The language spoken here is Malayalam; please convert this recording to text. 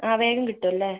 ആ വേഗം കിട്ടുവല്ലേ